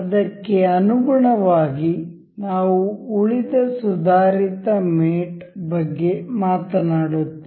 ಅದಕ್ಕೆ ಅನುಗುಣವಾಗಿ ನಾವು ಉಳಿದ ಸುಧಾರಿತ ಮೇಟ್ ಬಗ್ಗೆ ಮಾತನಾಡುತ್ತೇವೆ